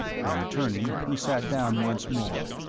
then, returning, he sat down once more,